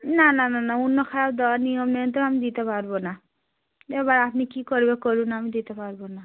না না না না অন্য খাওয়ার দেওয়ার নিয়ম নেই তো আমি দিতে পারবো না এবার আপনি কী করবেন করুন আমি দিতে পারবো না